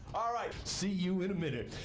all right. see you in a minute.